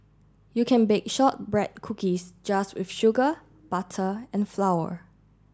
you can bake shortbread cookies just with sugar butter and flour